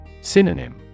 Synonym